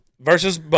versus